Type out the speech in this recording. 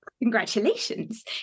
Congratulations